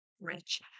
rich